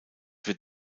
wird